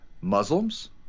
Muslims